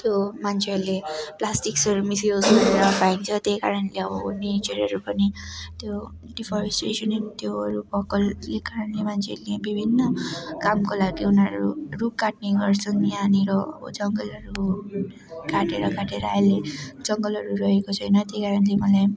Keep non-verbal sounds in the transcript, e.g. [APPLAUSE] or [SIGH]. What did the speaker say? त्यो मान्छेहरूले प्लास्टिक्सहरू मिसयुज गरेर फ्याँक्छ त्यहीकारणले अब नेचरहरू पनि त्यो डिफरेस्टेसन त्योहरू [UNINTELLIGIBLE] कारणले मान्छेहरूले विभिन्न कामको लागि उनीहरू रुख काट्ने गर्छन् यहाँनिर जङ्गलहरू काटेर काटेर अहिले जङ्गलहरू रहेको छैन त्यहीकारणले मलाई